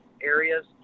areas